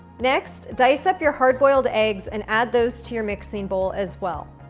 next, dice up your hard boiled eggs and add those to your mixing bowl, as well.